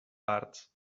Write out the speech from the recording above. parts